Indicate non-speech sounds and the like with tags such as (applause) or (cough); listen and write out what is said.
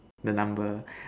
the number (breath)